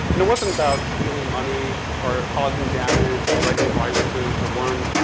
and it wasn't about stealing money or causing damage or writing viruses or worms,